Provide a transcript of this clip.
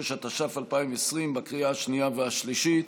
66), התש"ף 2020, לקריאה השנייה והשלישית.